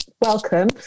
welcome